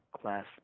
class